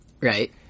right